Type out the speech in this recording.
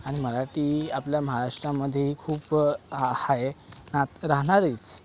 आणि मराठी आपल्या महाराष्ट्रामध्ये खूप आहे ना राहणार आहेच